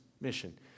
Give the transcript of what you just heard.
mission